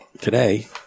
Today